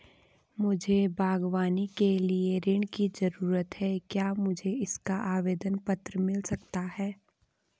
मुझे बागवानी के लिए ऋण की ज़रूरत है क्या मुझे इसका आवेदन पत्र मिल सकता है?